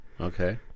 Okay